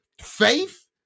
faith